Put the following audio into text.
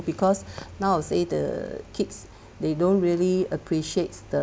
because nowadays the kids they don't really appreciates the